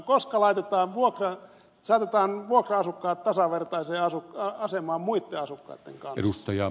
koska saatetaan vuokra asukkaat tasavertaiseen asemaan muitten asukkaitten kanssa